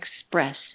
express